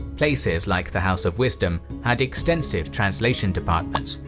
places like the house of wisdom had extensive translation departments,